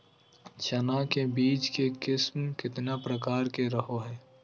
चना के बीज के किस्म कितना प्रकार के रहो हय?